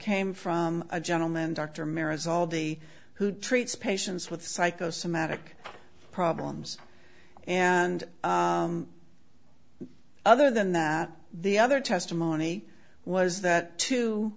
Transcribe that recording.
came from a gentleman dr maris all the who treats patients with psychosomatic problems and other than that the other testimony was that t